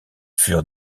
furent